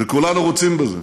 וכולנו רוצים בזה.